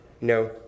No